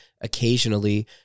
occasionally